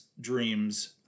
dreams